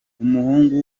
umuhungu